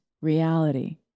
reality